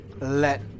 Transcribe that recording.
let